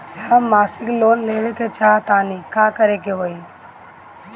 हम मासिक लोन लेवे के चाह तानि का करे के होई?